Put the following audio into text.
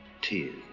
tears